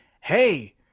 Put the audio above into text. Hey